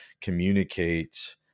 communicate